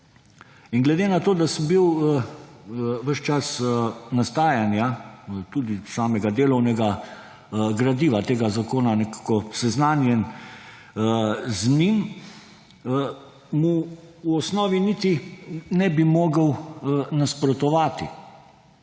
Glede na to, da sem bil ves čas nastajanja tudi samega delovnega gradiva tega zakona nekako seznanjen z njim, mu v osnovi niti ne bi mogel nasprotovati,